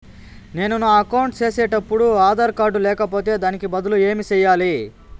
నేను నా అకౌంట్ సేసేటప్పుడు ఆధార్ కార్డు లేకపోతే దానికి బదులు ఏమి సెయ్యాలి?